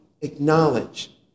acknowledge